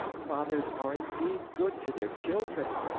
fathers are indeed good to their children!